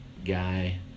Guy